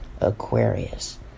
Aquarius